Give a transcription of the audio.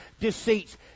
deceits